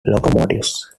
locomotives